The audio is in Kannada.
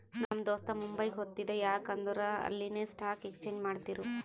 ನಮ್ ದೋಸ್ತ ಮುಂಬೈಗ್ ಹೊತ್ತಿದ ಯಾಕ್ ಅಂದುರ್ ಅಲ್ಲಿನೆ ಸ್ಟಾಕ್ ಎಕ್ಸ್ಚೇಂಜ್ ಮಾಡ್ತಿರು